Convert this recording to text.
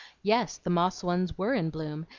yes, the moss ones were in bloom,